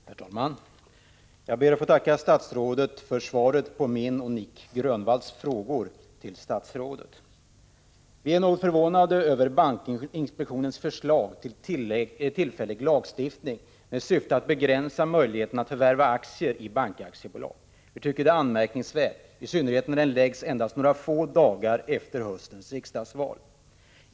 Herr talman! Jag ber att få tacka statsrådet för svaret på min och Nic Grönvalls frågor till statsrådet. Vi är något förvånade över bankinspektionens förslag om tillfällig lagstiftning med syfte att begränsa möjligheterna att förvärva aktier i bankaktiebolag. Vi tycker att förslaget är anmärkningsvärt, i synnerhet när det läggs fram endast några få dagar efter höstens riksdagsval.